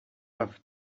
have